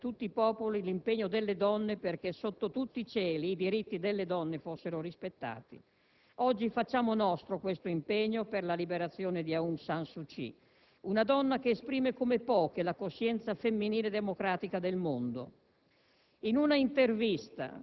è stato affermato, nel nome di tutti i popoli, l'impegno delle donne perché sotto tutti i cieli i diritti delle donne fossero rispettati. Oggi facciamo nostro questo impegno per la liberazione di Aung San Suu Kyi. Una donna che esprime come poche la coscienza femminile democratica del mondo.